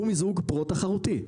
הוא מיזוג פרו תחרותי.